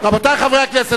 רבותי חברי הכנסת,